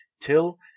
till